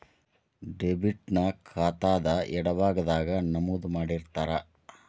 debit ನ ಖಾತಾದ್ ಎಡಭಾಗದಾಗ್ ನಮೂದು ಮಾಡಿರ್ತಾರ